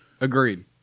Agreed